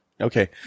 Okay